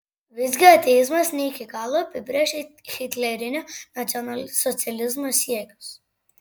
visgi ateizmas ne iki galo apibrėžia hitlerinio nacionalsocializmo siekius